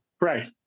Right